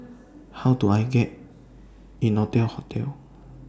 How Do I get Innotel Hotel